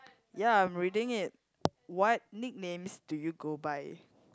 ya I'm reading it what nicknames do you go by